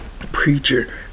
Preacher